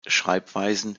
schreibweisen